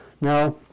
Now